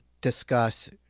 discuss